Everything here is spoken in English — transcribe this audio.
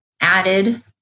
added